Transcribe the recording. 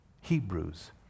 Hebrews